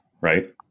right